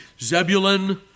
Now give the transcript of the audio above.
Zebulun